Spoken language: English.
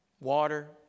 water